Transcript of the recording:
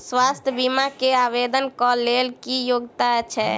स्वास्थ्य बीमा केँ आवेदन कऽ लेल की योग्यता छै?